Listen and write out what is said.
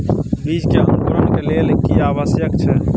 बीज के अंकुरण के लेल की आवश्यक छै?